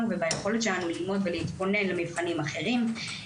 וביכולת שלנו ללמוד ולהתכונן למבחנים אחרים.